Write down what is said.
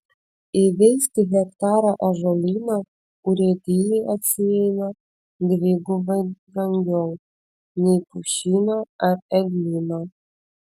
įveisti hektarą ąžuolyno urėdijai atsieina dvigubai brangiau nei pušyno ar eglyno